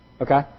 Okay